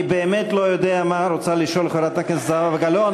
אני באמת לא יודע מה רוצה לשאול חברת הכנסת זהבה גלאון,